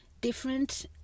different